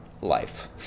life